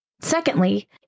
Secondly